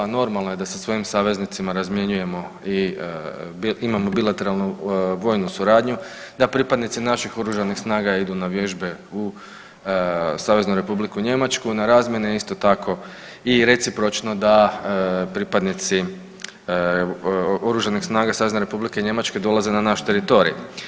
Normalno je da sa svojim saveznicima razmjenjujemo i imamo bilateralnu vojnu suradnju, da pripadnici naših oružanih snaga idu na vježbe u Saveznu Republiku Njemačku, na razmjene isto tako i recipročno da pripadnici oružanih snaga Savezne Republike Njemačke dolaze na naš teritorij.